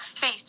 faith